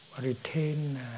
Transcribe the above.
retain